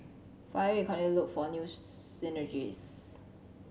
finally we continue to look for new synergies